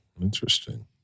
interesting